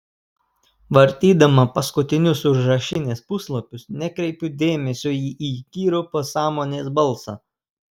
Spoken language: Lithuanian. vartydama paskutinius užrašinės puslapius nekreipiu dėmesio į įkyrų pasąmonės balsą